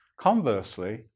conversely